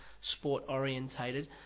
sport-orientated